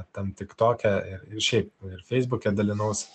tam tik toke ir šiaip ir feisbuke dalinaus